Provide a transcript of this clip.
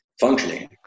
functioning